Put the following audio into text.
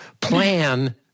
plan